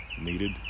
needed